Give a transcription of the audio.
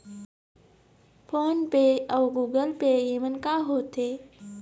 Phone पे अउ Google Pay येमन का होते?